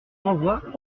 renvoie